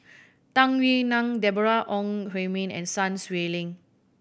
Tung Yue Nang Deborah Ong Hui Min and Sun Xueling